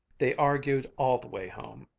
they argued all the way home,